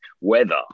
weather